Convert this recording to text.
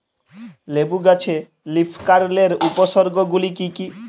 লেবু গাছে লীফকার্লের উপসর্গ গুলি কি কী?